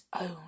own